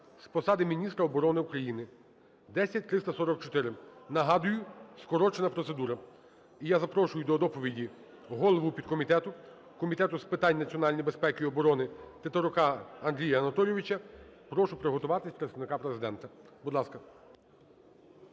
з посади міністра оборони України (10344). Нагадую, скорочена процедура. І я запрошую до доповіді голову підкомітету Комітету з питань національної безпеки і оборони Тетерука Андрія Анатолійовича. Прошу приготуватись представника Президента. Будь ласка.